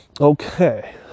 Okay